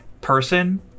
person